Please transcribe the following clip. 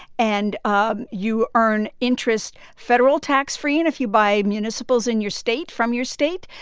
and um you earn interest federal tax-free. and if you buy municipals in your state from your state,